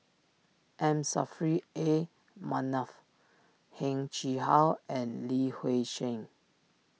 M Saffri A Manaf Heng Chee How and Li Hui Cheng